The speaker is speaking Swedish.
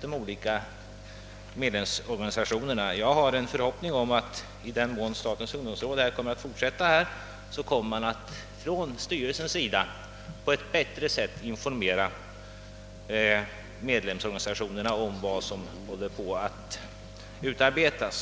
de olika medlemsorganisationerna. Jag vill uttala en förhoppning om att, i den mån statens ungdomsråd kommer att fortsätta sin verksamhet, styrelsen på ett bättre sätt informerar medlemsorganisationerna om det material som håller på att utarbetas.